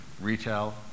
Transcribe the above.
retail